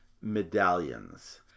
Medallions